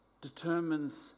determines